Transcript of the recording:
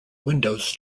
windows